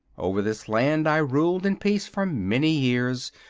over this land i ruled in peace for many years,